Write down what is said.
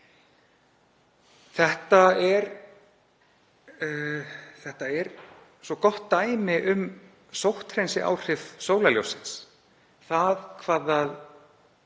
Þetta er svo gott dæmi um sótthreinsiáhrif sólarljóssins, hvað það